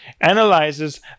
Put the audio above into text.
analyzes